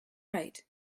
right